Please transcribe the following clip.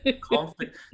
Conflict